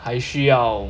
还需要